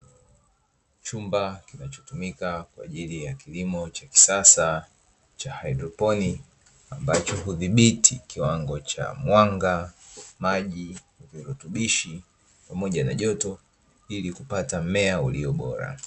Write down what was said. Chumba kinachotumika kwaajili ya kilimo cha kisasa cha kihaidroponi, ambacho hudhibiti kiwango cha mwanga, maji , virutubishi, pamoja na joto ili kupata mmea ulio bora.